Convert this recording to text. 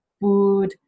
food